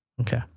Okay